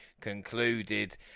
concluded